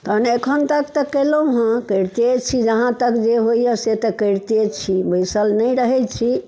तहन एखन तक तऽ कयलहुँ हँ करिते छी जहाँ तक जे होइए से तऽ करिते छी बैसल नहि रहै छी